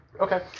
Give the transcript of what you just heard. Okay